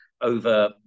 over